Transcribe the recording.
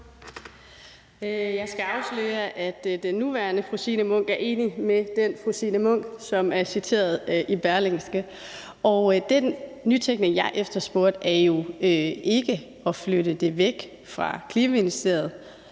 Jeg skal afsløre, at den nuværende fru Signe Munk er enig med den fru Signe Munk, som er citeret i Berlingske, og den nytænkning, jeg efterspurgte, er jo ikke at flytte det væk fra Klimaministeriet,